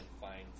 find